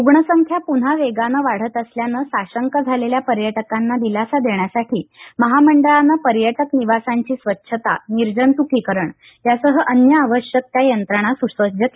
रुग्णसंख्या पुन्हा वेगानं वाढत असल्यानं साशंक झालेल्या पर्यटकांना दिलासा देण्यासाठी महामंडळानं पर्यटक निवासांची स्वच्छता निर्जत्कीकरण यासह अन्य आवश्यक त्या यंत्रणा स्सज्ज केल्या आहेत